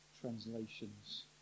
Translations